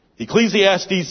Ecclesiastes